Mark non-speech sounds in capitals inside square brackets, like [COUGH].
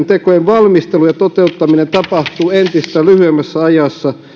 [UNINTELLIGIBLE] tekojen valmistelu ja toteuttaminen tapahtuvat entistä lyhyemmässä ajassa